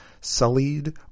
sullied